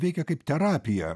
veikia kaip terapija